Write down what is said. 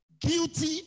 Guilty